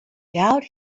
doubt